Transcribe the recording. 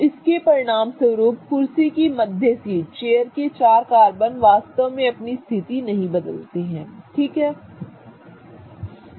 तो इसके परिणामस्वरूप कुर्सी की मध्य सीट चेयर के चार कार्बन वास्तव में अपनी स्थिति नहीं बदलते हैं ठीक है